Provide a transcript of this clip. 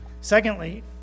Secondly